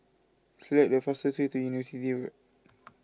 select the fastest way to University Road